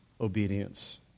obedience